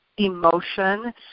emotion